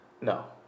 No